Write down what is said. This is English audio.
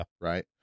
right